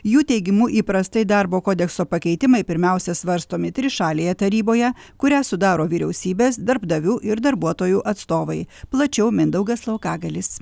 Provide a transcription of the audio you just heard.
jų teigimu įprastai darbo kodekso pakeitimai pirmiausia svarstomi trišalėje taryboje kurią sudaro vyriausybės darbdavių ir darbuotojų atstovai plačiau mindaugas laukagalis